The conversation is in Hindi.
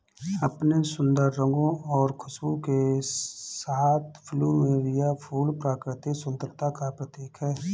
अपने सुंदर रंगों और खुशबू के साथ प्लूमेरिअ फूल प्राकृतिक सुंदरता का प्रतीक है